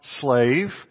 slave